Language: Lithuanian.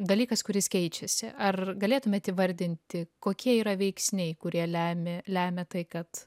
dalykas kuris keičiasi ar galėtumėt įvardinti kokie yra veiksniai kurie lemia lemia tai kad